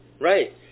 Right